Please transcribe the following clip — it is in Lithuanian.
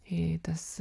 į tas